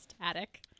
Attic